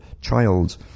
child